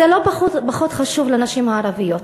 זה לא פחות חשוב לנשים הערביות.